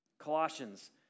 Colossians